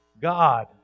God